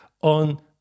on